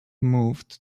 moved